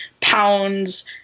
pounds